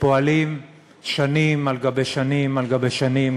שפועלים שנים על גבי שנים על גבי שנים,